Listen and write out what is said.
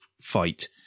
fight